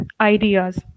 ideas